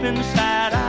inside